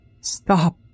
Stop